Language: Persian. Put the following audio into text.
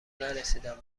نرسیدم